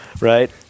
Right